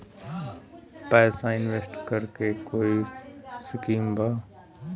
पैसा इंवेस्ट करे के कोई स्कीम बा?